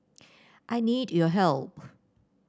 I need your help